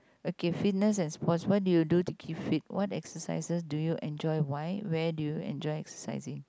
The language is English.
okay fitness and sports what do you do to keep fit what exercises do you enjoy why where do you enjoy exercising